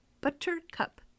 buttercup